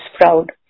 proud